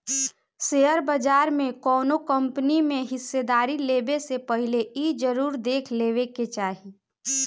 share बाजार में कौनो कंपनी में हिस्सेदारी लेबे से पहिले इ जरुर देख लेबे के चाही